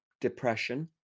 depression